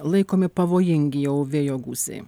laikomi pavojingi jau vėjo gūsiai